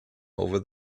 over